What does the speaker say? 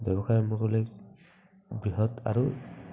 ব্যৱসায় আৰম্ভ কৰিবলৈ বৃহৎ আৰু